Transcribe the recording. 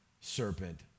serpent